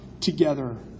together